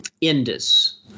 Indus